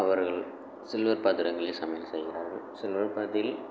அவர்கள் சில்வர் பாத்திரங்களில் சமையல் செய்கிறார்கள் சில்வர்